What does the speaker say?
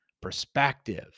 Perspective